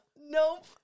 Nope